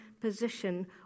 position